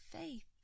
faith